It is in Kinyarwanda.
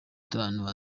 itanu